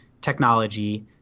technology